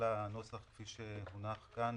כפי שהונח כאן.